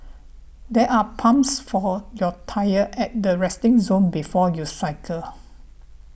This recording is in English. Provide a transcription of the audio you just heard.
there are pumps for your tyre at the resting zone before you cycle